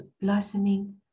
blossoming